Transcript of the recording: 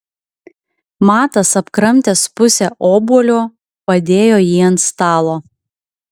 matas apkramtęs pusę obuolio padėjo jį ant stalo